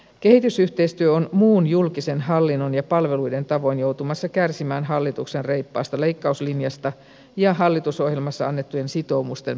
kehitysyhteistyö on muun julkisen hallinnon ja palveluiden tavoin joutumassa kärsimään hallituksen reippaasta leikkauslinjasta ja hallitusohjelmassa annettujen sitoumusten pettämisestä